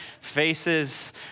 faces